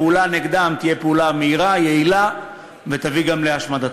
הפעולה נגדם תהיה פעולה מהירה ויעילה שתביא גם להשמדתם.